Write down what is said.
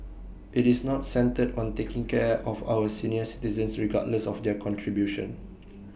IT is not centred on taking care of our senior citizens regardless of their contribution